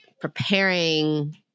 preparing